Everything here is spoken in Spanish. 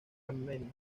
armenia